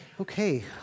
Okay